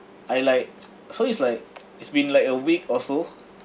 I like so it's like it's been like a week or so